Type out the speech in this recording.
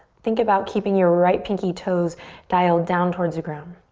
think about keeping your right pinky toes dialed down towards the ground.